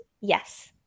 yes